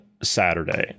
Saturday